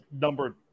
number